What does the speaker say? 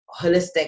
holistic